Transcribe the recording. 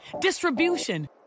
distribution